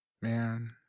Man